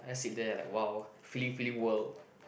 I sit there like [wah] feeling feeling world